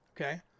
okay